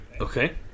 Okay